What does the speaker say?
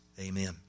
Amen